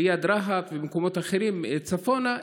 ליד רהט ובמקומות אחרים צפונה,